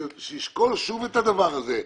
שישקול שוב את הדבר הזה.